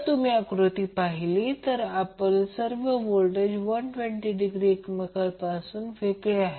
तुम्ही जर आकृती पाहिली तर आपले सर्व व्होल्टेज 120 डिग्री एकमेकांपासून वेगळे आहेत